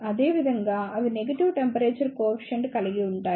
అదేవిధంగా అవి negative temperature coefficient కలిగి ఉంటాయి